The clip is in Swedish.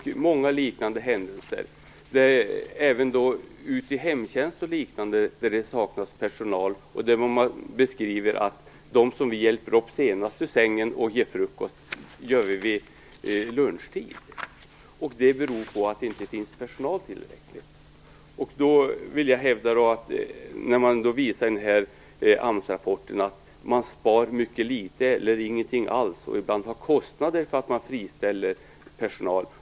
Det finns många liknade händelser. Det saknas även personal ute i hemtjänsten osv. Där beskriver man att det senaste man hjälper upp människor ur sängen och ger dem frukost är vid lunchtid. Det beror på att det inte finns tillräckligt med personal. AMS-rapporten visar att man spar mycket litet eller ingenting alls, och ibland har man kostnader för att man friställer personal.